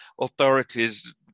authorities